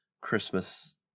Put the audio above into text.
Christmas